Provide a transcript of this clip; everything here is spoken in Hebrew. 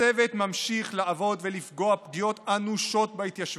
הצוות ממשיך לעבוד ולפגוע פגיעות אנושות בהתיישבות.